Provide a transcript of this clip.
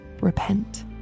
repent